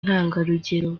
intangarugero